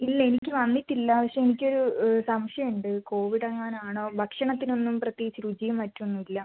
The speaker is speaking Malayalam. ഇല്ല എനിക്ക് വന്നിട്ടില്ല പക്ഷേ എനിക്കൊരു സം ശയം ഉണ്ട് കോവിഡ് എങ്ങാനും ആണോ എന്ന് ഭക്ഷണത്തിനൊന്നും പ്രത്യേകിച്ച് രുചിയും മറ്റുമൊന്നുല്ല